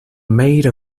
made